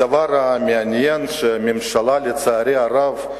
הדבר המעניין, הממשלה, לצערי הרב,